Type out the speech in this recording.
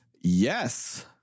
yes